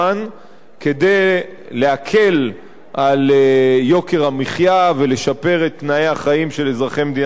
כדי להקל את יוקר המחיה ולשפר את תנאי החיים של אזרחי מדינת ישראל.